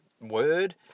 word